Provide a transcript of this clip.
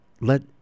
Let